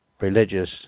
religious